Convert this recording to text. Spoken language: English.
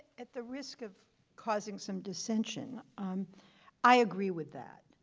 at the risk of causing some dissention um i agree with that,